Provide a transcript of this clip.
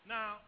Now